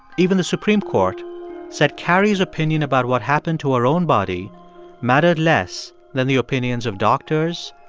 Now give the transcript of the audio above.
even the supreme court said carrie's opinion about what happened to her own body mattered less than the opinions of doctors,